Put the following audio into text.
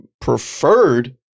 preferred